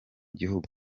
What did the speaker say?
gihugu